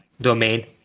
domain